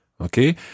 Okay